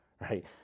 right